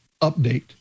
update